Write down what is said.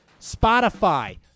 Spotify